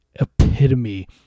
epitome